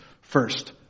first